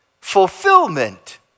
fulfillment